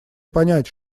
понять